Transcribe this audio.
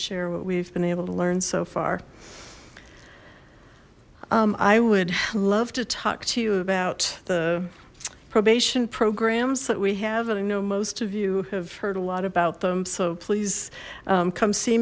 share what we've been able to learn so far i would love to talk to you about the probation programs that we have and i know most of you have heard a lot about them so please come see